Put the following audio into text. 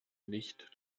nicht